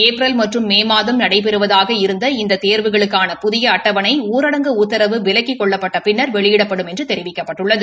April மற்றும் May மாதம் நடைபெறுவதாக இருந்த இந்த தேர்வுகளுக்கான புதிய அட்டவணை ஊரடங்கு உத்தரவு விலக்கிக் கொள்ளப்பட்ட பின்னர் வெளியிடப்படும் என்று தெரிவிக்கப்பட்டுள்ளது